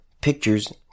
pictures